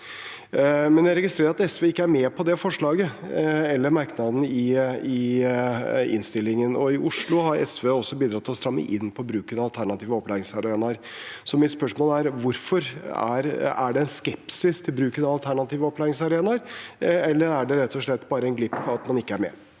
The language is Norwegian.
jeg registrerer at SV ikke er med på det forslaget, eller på merknadene i innstillingen, og i Oslo har SV også bidratt til å stramme inn på bruken av alternative opplæringsarenaer. Så mitt spørsmål er: Hvorfor? Er det en skepsis til bruken av alternative opplæringsarenaer, eller er det rett og slett bare en glipp at man ikke er med?